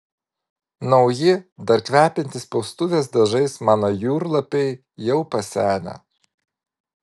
nauji dar kvepiantys spaustuvės dažais mano jūrlapiai jau pasenę